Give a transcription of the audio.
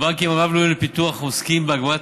הבנקים הרב-לאומיים לפיתוח עוסקים בהגברת